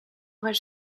aurais